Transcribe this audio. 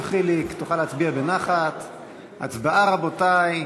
הצבעה, רבותי.